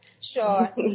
Sure